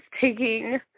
taking